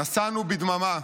נסענו בדממה."